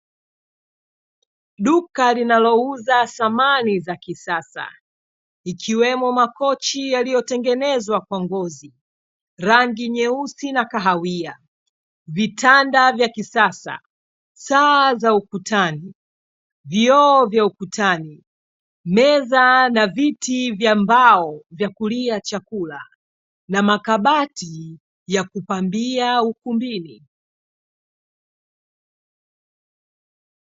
Duka linalouza samani za kisasa ikiwemo makochi yaliyotengenezwa kwa ngozi, rangi nyeusi na kahawia, vitanda vya kisasa, saa za ukutani, vioo vya ukutani, meza na viti vya mbao vya kulia chakula na makabati ya kupambia ukumbini.